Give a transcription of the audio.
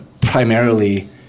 primarily